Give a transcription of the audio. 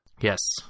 Yes